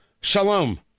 Shalom